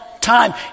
time